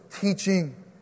teaching